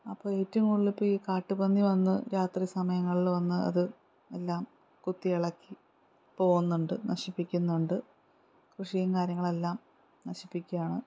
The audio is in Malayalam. അപ്പോൾ ഏറ്റവും കൂടുതൽ ഇപ്പോൾ ഈ കാട്ടുപന്നി വന്ന് രാത്രി സമയങ്ങളിൽ വന്ന് അത് എല്ലാം കുത്തിയിളക്കി പോകുന്നുണ്ട് നശിപ്പിക്കുന്നുണ്ട് കൃഷിയും കാര്യങ്ങളെല്ലാം നശിപ്പിക്കുകയാണ്